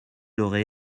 aurait